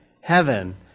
heaven